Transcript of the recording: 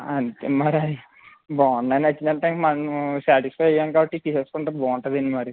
అంతే మరి బాగున్నాయి నచ్చిందంటే మనం సాటిస్ఫై అయ్యాం కాబట్టి ఇది తీసేసుకుంటే బాగుంటుందండి మరి